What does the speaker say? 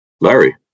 Larry